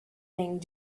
thing